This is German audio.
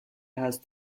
hast